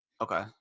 Okay